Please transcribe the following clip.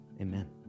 Amen